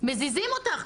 מזיזים אותך,